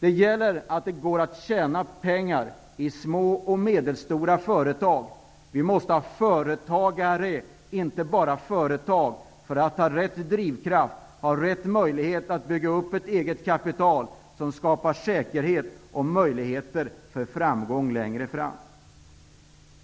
Det måste gå att tjäna pengar i små och medelstora företag. Vi måste ha företagare, inte bara företag, för att få den rätta drivkraften och möjligheter att bygga upp ett eget kapital som skapar säkerhet och möjligheter för framgång längre fram.